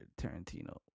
Tarantino